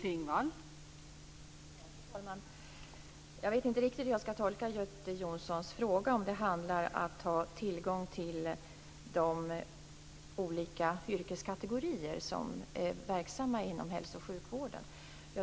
Fru talman! Jag vet inte riktigt hur jag skall tolka Göte Jonssons fråga. Det kanske handlar om att ha tillgång till de olika yrkeskategorier som är verksamma inom hälso och sjukvården.